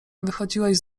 wychodziłeś